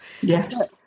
yes